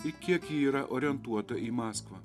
ir kiek ji yra orientuota į maskvą